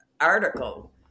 article